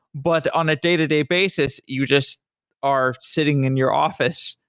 but on a day-to-day basis you just are sitting in your office,